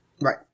Right